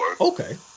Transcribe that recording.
Okay